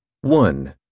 One